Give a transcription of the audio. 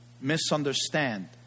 misunderstand